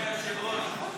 אדוני היושב-ראש,